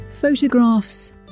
Photographs